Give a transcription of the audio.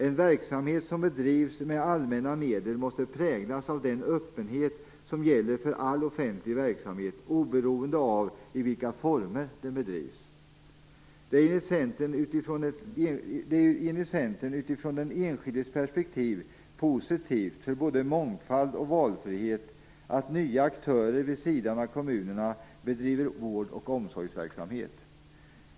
En verksamhet som bedrivs med allmänna medel, måste präglas av den öppenhet som gäller för all offentlig verksamhet oberoende av i vilka former den bedrivs. Det är enligt Centern utifrån den enskildes perspektiv positivt för både mångfald och valfrihet att nya aktörer vid sidan av kommunerna bedriver vård och omsorgsverksamhet.